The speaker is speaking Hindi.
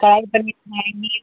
कढ़ाई पनीर खाएँगी